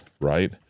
right